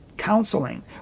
counseling